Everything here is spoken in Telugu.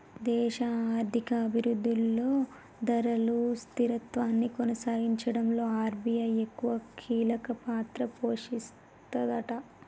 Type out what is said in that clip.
దేశ ఆర్థిక అభివృద్ధిలో ధరలు స్థిరత్వాన్ని కొనసాగించడంలో ఆర్.బి.ఐ ఎక్కువ కీలక పాత్ర పోషిస్తదట